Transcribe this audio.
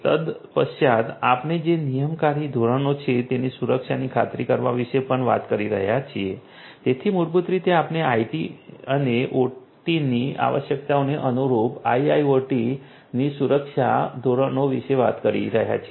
તદ્પશ્ચાત આપણે જે નિયમનકારી ધોરણો છે તેની સુરક્ષાની ખાતરી કરવા વિશે પણ વાત કરી રહ્યા છીએ તેથી મૂળભૂત રીતે આપણે આઇટી અને ઓટીની આવશ્યકતાઓને અનુરૂપ આઇઆઇઓટી ની સુરક્ષા ધોરણો વિશે વાત કરી રહ્યા છીએ